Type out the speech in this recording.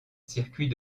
circuit